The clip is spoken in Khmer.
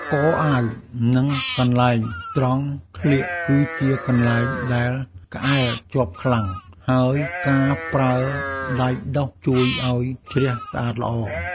កអាវ និងកន្លែងត្រង់ក្លៀក គឺជាកន្លែងដែលក្អែលជាប់ខ្លាំង ហើយការប្រើដៃដុសជួយឱ្យជ្រះស្អាតល្អ។